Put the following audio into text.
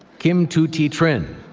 kim thu thi trinh.